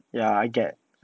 ya I get